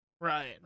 right